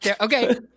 Okay